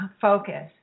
focus